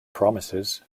promises